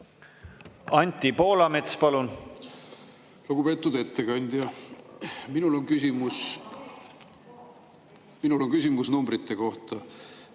Anti Poolamets, palun! Lugupeetud ettekandja! Minul on küsimus numbrite kohta.